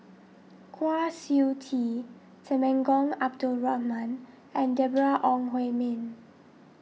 Kwa Siew Tee Temenggong Abdul Rahman and Deborah Ong Hui Min